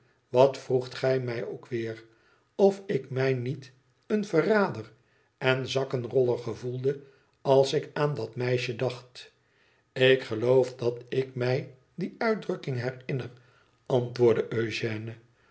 wat vroegt gij mij ook weer of ik mij niet een verrader en zakkenroller gevoelde als ik aan dat meisje dacht ik geloof dat ik mij die uitdrukking herinner antwoordde